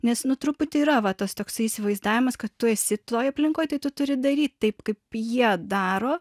nes nu truputį yra va tas toksai įsivaizdavimas kad tu esi toj aplinkoj tai tu turi daryti taip kaip jie daro